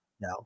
No